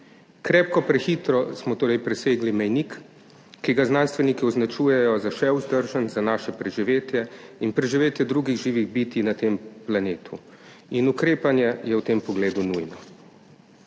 Krepko prehitro smo torej presegli mejnik, ki ga znanstveniki označujejo za še vzdržnega za naše preživetje in preživetje drugih živih bitij na tem planetu. In ukrepanje je v tem pogledu nujno.